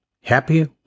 happy